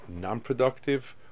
non-productive